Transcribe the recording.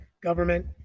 government